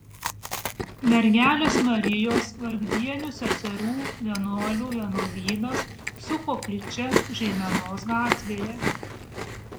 mergelės marijos vargdienių seserų vienuolių vienuolynas su koplyčia žeimenos gatvėje